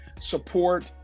support